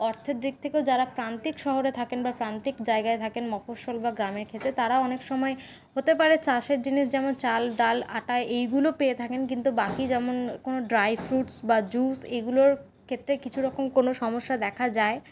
অর্থের দিক থেকেও যারা প্রান্তিক শহরে থাকেন বা প্রান্তিক জায়গায় থাকেন মফঃস্বল বা গ্রামের ক্ষেত্রে তারা অনেক সময় হতে পারে চাষের জিনিস যেমন চাল ডাল আটা এইগুলো পেয়ে থাকেন কিন্তু বাকি যেমন কোনো ড্রাই ফ্রুটস বা জুস এইগুলোর ক্ষেত্রে কিছুরকম কোনো সমস্যা দেখা যায়